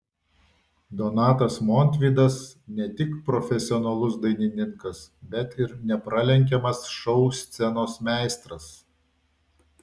donatas montvydas ne tik profesionalus dainininkas bet ir nepralenkiamas šou scenos meistras